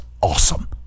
awesome